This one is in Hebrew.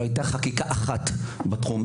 לא הייתה חקיקה אחת בתחום.